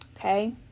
Okay